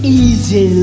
easy